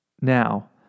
Now